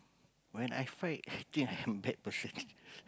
when I fight still I'm bad person